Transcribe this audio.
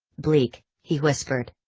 bleak, he whispered.